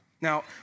Now